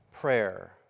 prayer